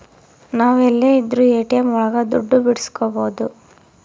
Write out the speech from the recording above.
ನಾವ್ ಎಲ್ಲೆ ಇದ್ರೂ ಎ.ಟಿ.ಎಂ ಒಳಗ ದುಡ್ಡು ಬಿಡ್ಸ್ಕೊಬೋದು